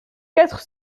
quatre